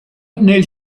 nel